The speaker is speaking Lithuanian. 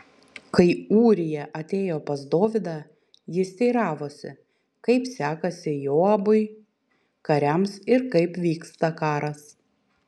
kai ūrija atėjo pas dovydą jis teiravosi kaip sekasi joabui kariams ir kaip vyksta karas